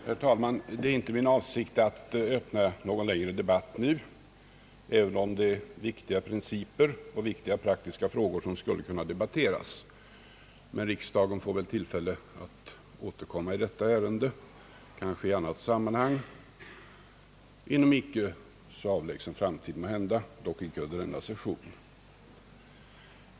Herr talman! Det är inte min avsikt att öppna någon längre debatt nu, även om det är viktiga principer och viktiga praktiska frågor som skulle kunna debatteras. Riksdagen får väl tillfälle att återkomma i detta ärende kanske i annat sammanhang inom icke alltför avlägsen framtid, dock icke under denna session.